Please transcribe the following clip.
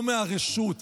לא מהרשות.